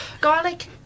garlic